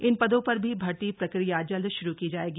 इन पदों पर भी भर्ती प्रक्रिया जल्द शुरू की जायेगी